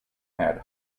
had